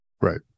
right